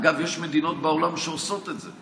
אגב, יש מדינות בעולם שעושות את זה.